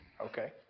Okay